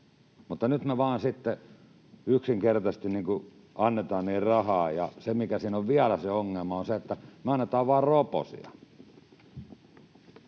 mutta nyt me vain sitten yksinkertaisesti annetaan rahaa, ja se, mikä siinä on vielä se ongelma, on se, että me annetaan vain roposia.